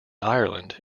ireland